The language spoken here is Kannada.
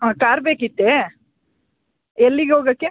ಹಾಂ ಕಾರ್ ಬೇಕಿತ್ತೆ ಎಲ್ಲಿಗೆ ಹೋಗಕ್ಕೆ